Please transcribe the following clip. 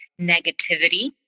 negativity